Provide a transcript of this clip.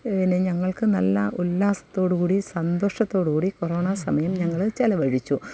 പിന്നെ ഞങ്ങൾക്ക് നല്ല ഉല്ലാസത്തോട് കൂടി സന്തോഷത്തോട് കൂടി കൊറോണ സമയം ഞങ്ങള് ചെലവഴിച്ചു